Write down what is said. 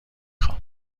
خوام